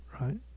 right